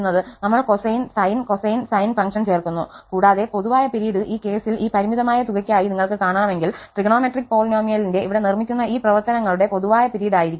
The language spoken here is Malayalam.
നമ്മൾ cosine sine cosine sine function ചേർക്കുന്നു കൂടാതെ പൊതുവായ പിരീഡ് ഈ കേസിൽ ഈ പരിമിതമായ തുകയ്ക്കായി നിങ്ങൾക്ക് കാണണമെങ്കിൽ ട്രിഗണോമെട്രിക് പോളിനോമിയലിന്റെ ഇവിടെ നിർമ്മിക്കുന്ന ഈ പ്രവർത്തനങ്ങളുടെ പൊതുവായ പിരീഡ് ആയിരിക്കും